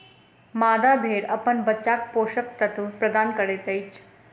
मादा भेड़ अपन बच्चाक पोषक तत्व प्रदान करैत अछि